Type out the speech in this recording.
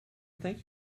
thank